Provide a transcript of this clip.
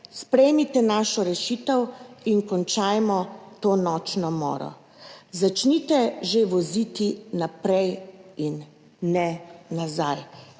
sprejmite našo rešitev in končajmo to nočno moro. Začnite že voziti naprej in ne nazaj.